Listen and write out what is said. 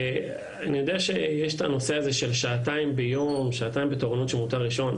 אני יודע שיש את הנושא הזה של שעתיים במיון שמותר לישון.